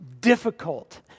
difficult